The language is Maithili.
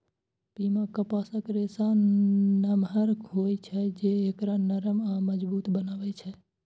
पीमा कपासक रेशा नमहर होइ छै, जे एकरा नरम आ मजबूत बनबै छै